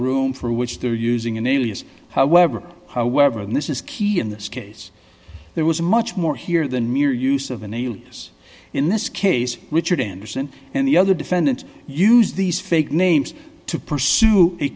room for which they're using an alias however however and this is key in this case there was much more here than mere use of a nail this in this case richard anderson and the other defendant used these fake names to pursue a